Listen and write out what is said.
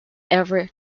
ever